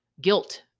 guilt